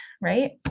right